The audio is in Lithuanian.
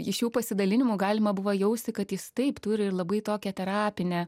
iš jų pasidalinimų galima buvo jausti kad jis taip turi ir labai tokią terapinę